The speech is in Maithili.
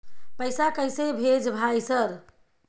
पैसा कैसे भेज भाई सर?